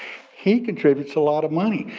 he contributes a lot of money,